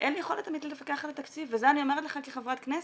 אין לי יכולת אמיתית לפקח על התקציב וזה אני אומרת לך כחברת כנסת,